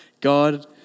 God